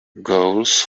goals